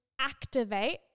activate